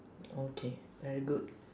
okay very good